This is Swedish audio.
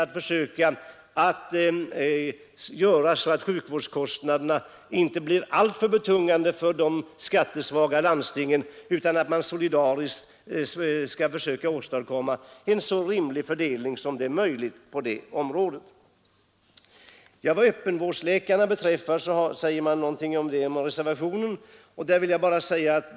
Detta är ett sätt att se till att sjukvårdskostnaderna inte blir alltför betungande för de skattesvaga landstingen; man försöker här solidariskt åstadkomma en så rimlig fördelning som möjligt. I reservationen talas också om att varje medborgare borde ha sin egen öppenvårdsläkare att vända sig till.